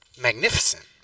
magnificent